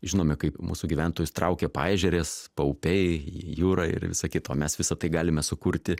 žinome kaip mūsų gyventojus traukia paežerės paupiai jūra ir visa kito mes visa tai galime sukurti